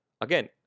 again